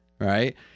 Right